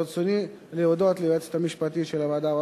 ברצוני להודות ליועצת המשפטית של הוועדה,